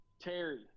Terry